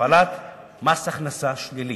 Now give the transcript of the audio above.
הפעלת מס הכנסה שלילי.